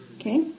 Okay